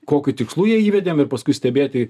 kokiu tikslu ją įvedėm ir paskui stebėti